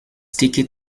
ticket